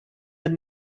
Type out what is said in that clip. had